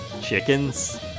Chickens